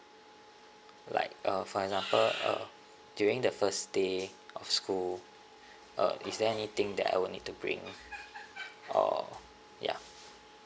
like uh for example uh during the first day of school uh is there anything that I would need to bring or ya